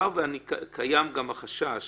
מאחר שקיים החשש